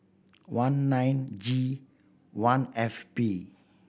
one nine G one F P